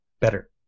better